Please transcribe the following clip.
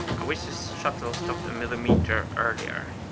i wish this shuttle stopped a millimeter earlier.